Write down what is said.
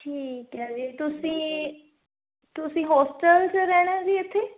ਠੀਕ ਹੈ ਜੀ ਤੁਸੀਂ ਤੁਸੀਂ ਹੋਸਟਲ 'ਚ ਰਹਿਣਾ ਜੀ ਇੱਥੇ